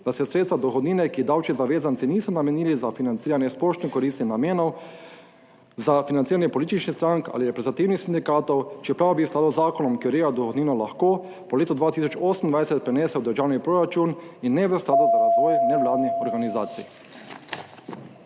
da se sredstva dohodnine, ki davčni zavezanci niso namenili za financiranje splošne koristi in namenov za financiranje političnih strank ali reprezentativnih sindikatov, čeprav bi v skladu z Zakonom, ki ureja dohodnino lahko po letu 2028 prenesel v državni proračun in ne v skladu za razvoj nevladnih organizacij.